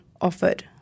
offered